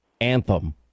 anthem